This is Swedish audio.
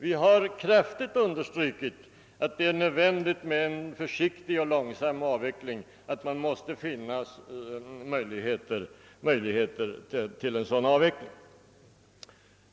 Vi har kraftigt understrukit att det är nödvändigt med en försiktig och långsam avveckling och att vi måste se till att det blir möjligt att låta en avveckling ske på så sätt.